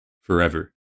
forever